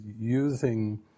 using